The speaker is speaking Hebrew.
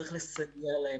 צריך לסייע להם.